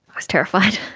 i was terrified.